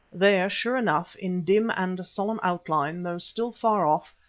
there, sure enough, in dim and solemn outline, though still far off,